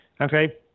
okay